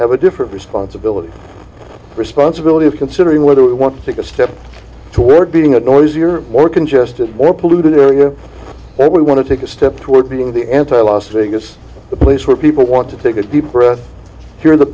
have a different responsibility responsibility of considering whether we want to take a step toward being a noisy or more congested or polluted area that we want to take a step toward being the anti las vegas a place where people want to take a deep breath here the